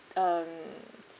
um